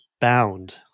bound